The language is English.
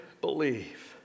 believe